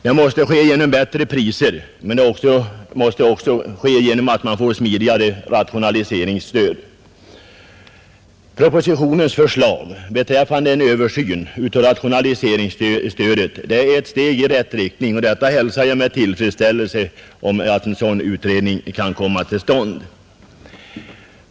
Det måste ske genom bättre priser men också genom att man får smidigare rationaliseringsstöd. Propositionens förslag om en översyn av rationaliseringsstödet är ett steg i rätt riktning, och jag hälsar med tillfredsställelse att en sådan utredning kan komma till stånd.